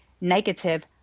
negative